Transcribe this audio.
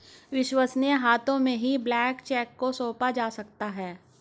विश्वसनीय हाथों में ही ब्लैंक चेक को सौंपा जा सकता है